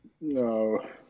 no